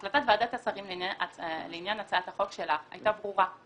החלטת ועדת השרים לעניין הצעת החוק שלך הייתה ברורה.